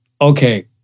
Okay